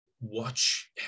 watch